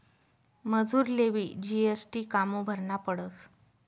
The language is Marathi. मजुरलेबी जी.एस.टी कामु भरना पडस?